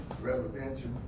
residential